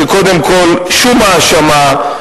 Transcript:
שקודם כול שום האשמה,